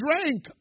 drank